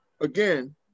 again